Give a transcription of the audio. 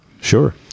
sure